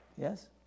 Yes